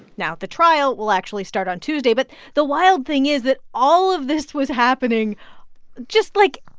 now, the trial will actually start on tuesday. but the wild thing is that all of this was happening just, like,